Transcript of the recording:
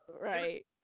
Right